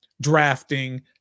drafting